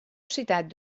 citat